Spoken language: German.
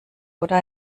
oder